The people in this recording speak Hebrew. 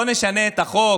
בואו נשנה את החוק